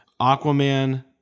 aquaman